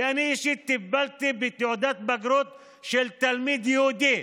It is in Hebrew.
ואני אישית טיפלתי בתעודת בגרות של תלמיד יהודי,